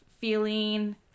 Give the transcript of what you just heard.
feeling